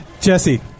Jesse